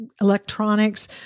electronics